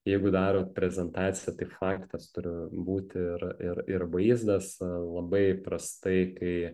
jeigu darot prezentaciją tai faktas turi būti ir ir ir vaizdas labai prastai kai